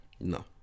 No